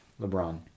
lebron